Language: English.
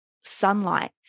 sunlight